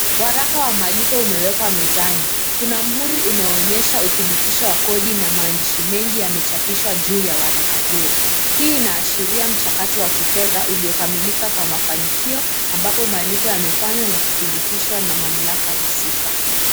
Waraka wa malipo umewekwa mezani. Kuna muhuri unaoonyesha uthibitisho wa kodi na maandishi mengi yamechapishwa juu ya waraka huo. Hii inaashiria mchakato wa kifedha uliokamilika kwa mafanikio ambapo malipo yamefanywa na kuthibitishwa na mamlaka husika.